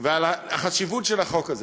ועל החשיבות של החוק הזה.